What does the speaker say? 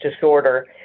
disorder